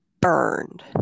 burned